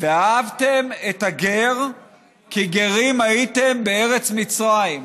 ואהבתם את הגר כי גרים הייתם בארץ מצרים".